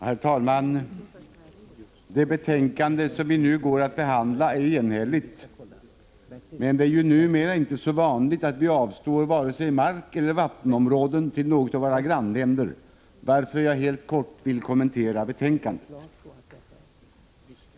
Herr talman! Det betänkande som vi nu har att behandla är enhälligt. Men det är ju numera inte så vanligt att vi avstår från vare sig markeller vattenområden till något av våra grannländer, varför jag helt kort vill kommentera betänkandet.